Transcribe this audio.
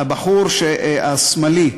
הבחור השמאלי.